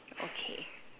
okay